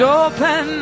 open